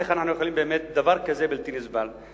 איך אנחנו יכולים, באמת, דבר כזה בלתי נסבל?